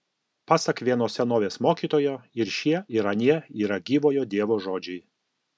pasak vieno senovės mokytojo ir šie ir anie yra gyvojo dievo žodžiai